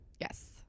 Yes